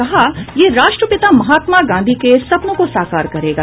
कहा ये राष्ट्रपिता महात्मा गांधी के सपनों को साकार करेगा